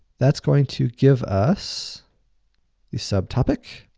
that's going to give us the subtopic.